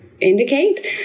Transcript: indicate